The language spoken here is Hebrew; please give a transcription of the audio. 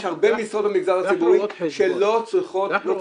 יש הרבה משרות במגזר הציבורי שלא צריכות התאמה.